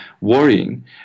worrying